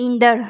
ईंदड़